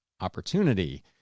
opportunity